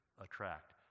attract